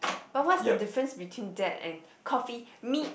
but what's the difference between that and coffee meet